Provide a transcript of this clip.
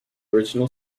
original